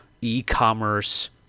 e-commerce